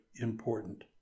important